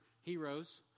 heroes